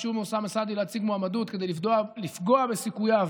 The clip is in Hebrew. ביקשו מאוסאמה סעדי להציג מועמדות כדי לפגוע בסיכוייו